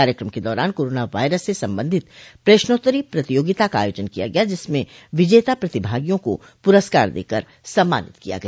कार्यक्रम के दौरान कोरोना वायरस से संबंधित प्रश्नोत्तरी प्रतियोगिता का आयोजन किया जिसमें विजेता प्रतिभागियों को पुरस्कार देकर सम्मानित किया गया